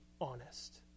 honest